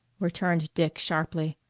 returned dick sharply.